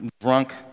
drunk